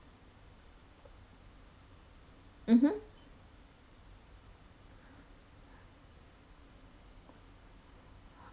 mmhmm